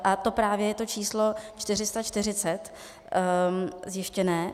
A to právě je to číslo 440 zjištěné.